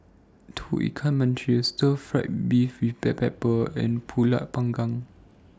Tauge Ikan Masin Stir Fry Beef with Black Pepper and Pulut Panggang